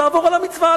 תעבור על המצווה,